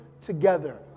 together